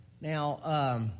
Now